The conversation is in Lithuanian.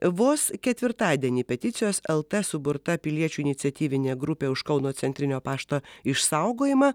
vos ketvirtadienį peticijos elta suburta piliečių iniciatyvinė grupė už kauno centrinio pašto išsaugojimą